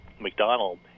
McDonald